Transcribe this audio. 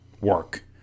work